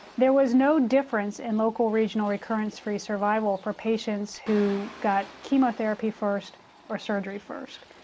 there was no difference in local regional recurrence-free survival for patients who got chemotherapy first or surgery first,